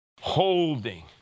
holding